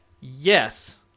Yes